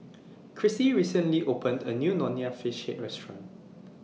Crissie recently opened A New Nonya Fish Head Restaurant